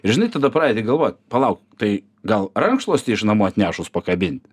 ir žinai tada pradedi galvot palauk tai gal rankšluostį iš namų atnešus pakabint